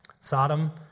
Sodom